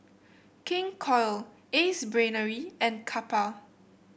King Koil Ace Brainery and Kappa